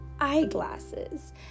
Eyeglasses